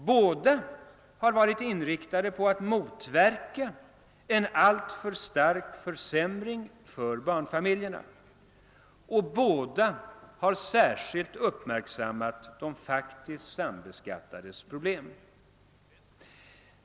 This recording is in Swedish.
Båda har varit inriktade på att motverka en alltför stark försämring för barnfamiljerna. Båda har särskilt uppmärksammat de faktiskt sambeskattades problem.